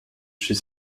chez